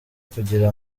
kugira